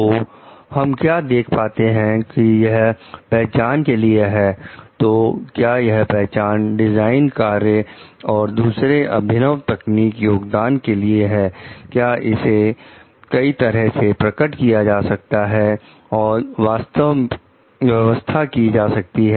तो हम क्या देख पाते हैं कि यह पहचान के लिए है तो क्या यह पहचान डिजाइन कार्य और दूसरे अभिनव तकनीक योगदान के लिए है क्या इसे कई तरह से प्रकट किया जा सकता है और व्यवस्था की जा सकती है